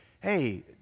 Hey